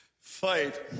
fight